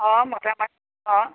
অঁ মতা মানুহ অঁ